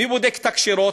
מי בודק את הקשירות?